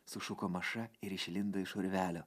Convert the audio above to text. sušuko maša ir išlindo iš urvelio